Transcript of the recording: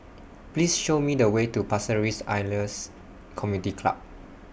Please Show Me The Way to Pasir Ris Elias Community Club